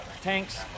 tanks